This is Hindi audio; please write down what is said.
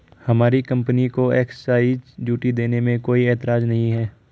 हमारी कंपनी को एक्साइज ड्यूटी देने में कोई एतराज नहीं है